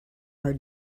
are